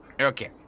Okay